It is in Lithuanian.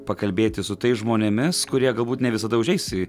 pakalbėti su tais žmonėmis kurie galbūt ne visada užeis į